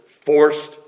forced